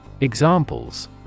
Examples